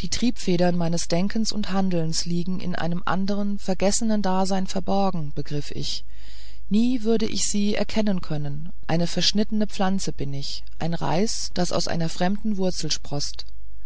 die triebfedern meines denkens und handelns liegen in einem andern vergessenen dasein verborgen begriff ich nie würde ich sie erkennen können eine verschnittene pflanze bin ich ein reis das aus einer fremden wurzel sproßt